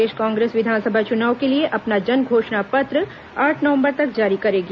प्रदेश कांग्रेस विधानसभा चुनाव के लिए अपना जन घोषणा पत्र आठ नवंबर तक जारी करेगी